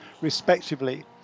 respectively